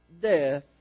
death